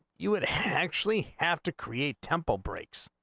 you would actually have to create temple breaks